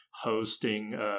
hosting